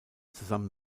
zusammen